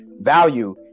value